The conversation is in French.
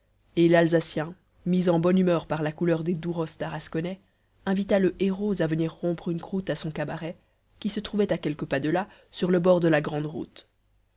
et l'alsacien mis en bonne humeur par la couleur des douros tarasconnais invita le héros à venir rompre une croûte à son cabaret qui se trouvait à quelques pas de là sur le bord de la grande route